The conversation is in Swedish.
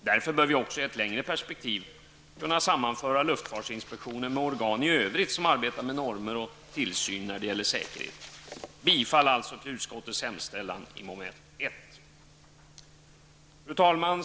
Därför bör vi också i ett längre perspektiv kunna sammanföra luftfartsinspektionen med organ i övrigt som arbetar med normer och tillsyn när det gäller säkerhet. Fru talman!